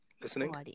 Listening